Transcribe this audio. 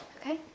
Okay